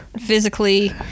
physically